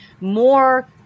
more